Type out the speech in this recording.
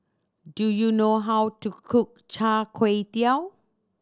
do you know how to cook Char Kway Teow